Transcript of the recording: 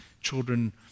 children